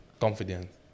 confidence